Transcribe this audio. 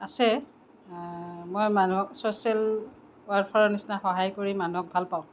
আছে মই মানুহক ছচিয়েল ওৱেলফেয়াৰৰ নিচিনা সহায় কৰি মানুহক ভাল পাওঁ